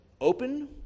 open